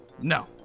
no